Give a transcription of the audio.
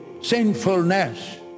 sinfulness